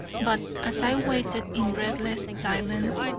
but as i waited in breathless silence,